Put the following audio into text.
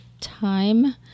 time